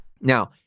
Now